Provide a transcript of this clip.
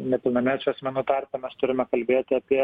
nepilnamečių asmenų tarpe mes turime kalbėti apie